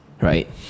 Right